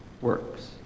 works